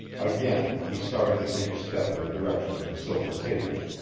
again, he started to take a step in the direction of the silver table.